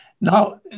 Now